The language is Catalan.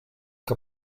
que